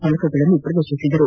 ಫಲಕಗಳನ್ನು ಪ್ರದರ್ಶಿಸಿದರು